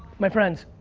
my friends,